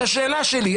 והשאלה שלי,